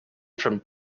from